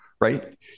right